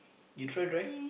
you try drive